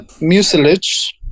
mucilage